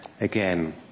again